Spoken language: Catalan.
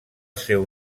seu